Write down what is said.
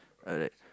alright